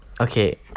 okay